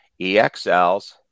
EXLs